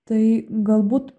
tai galbūt